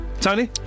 Tony